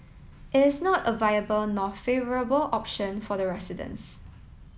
it is not a viable nor favourable option for the residents